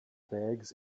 bags